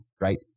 right